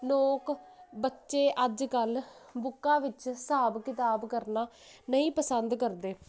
ਲੋਕ ਬੱਚੇ ਅੱਜ ਕੱਲ੍ਹ ਬੁੱਕਾਂ ਵਿੱਚ ਹਿਸਾਬ ਕਿਤਾਬ ਕਰਨਾ ਨਹੀਂ ਪਸੰਦ ਕਰਦੇ